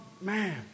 man